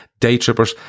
daytrippers